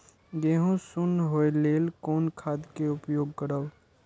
गेहूँ सुन होय लेल कोन खाद के उपयोग करब?